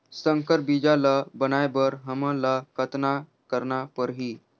संकर बीजा ल बनाय बर हमन ल कतना करना परही?